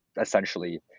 essentially